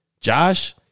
Josh